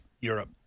Europe